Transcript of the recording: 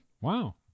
wow